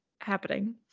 happening